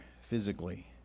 physically